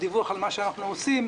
דיווח על מה שאנחנו עושים,